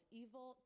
evil